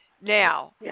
Now